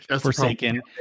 Forsaken